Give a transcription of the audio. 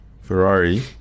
Ferrari